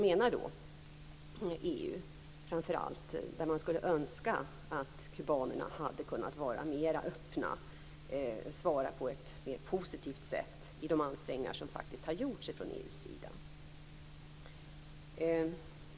Inom EU skulle man önska att kubanerna hade varit mera öppna och svarat på ett mer positivt sätt i de ansträngningar som faktiskt gjorts från EU:s sida.